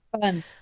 fun